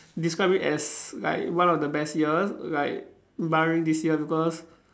describe it as like one of the best year like barring this year because